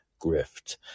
grift